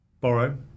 borrow